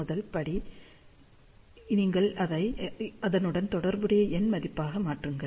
முதல் படி நீங்கள் அதை அதனுடன் தொடர்புடைய எண் மதிப்பாக மாற்றுங்கள்